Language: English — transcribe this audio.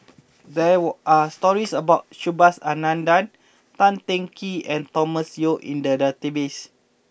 there were are stories about Subhas Anandan Tan Teng Kee and Thomas Yeo in the database